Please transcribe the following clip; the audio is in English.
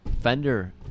Fender